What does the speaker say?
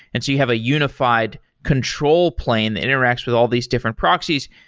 and so you have a unified control plane that interacts with all these different proxies.